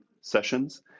sessions